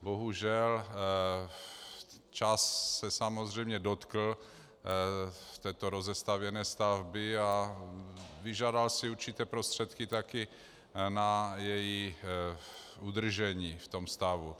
Bohužel, čas se samozřejmě dotkl této rozestavěné stavby a vyžádal si určité prostředky taky na její udržení v tom stavu.